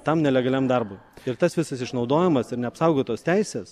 tam nelegaliam darbui ir tas visas išnaudojamas ir neapsaugotos teisės